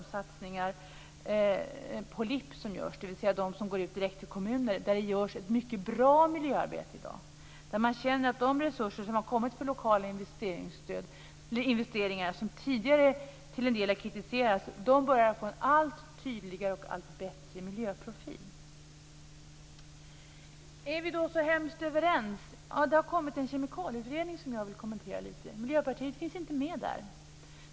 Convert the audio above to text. Man känner att de resurser som har kommit för lokala investeringar som tidigare till en del kritiserats börjar få en allt tydligare och en allt bättre miljöprofil. Det har kommit en kemikalieutredning som jag vill kommentera lite. Miljöpartiet finns inte med där.